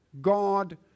god